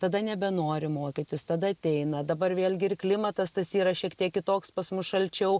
tada nebenori mokytis tada ateina dabar vėlgi ir klimatas tas yra šiek tiek kitoks pas mus šalčiau